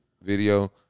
video